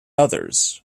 others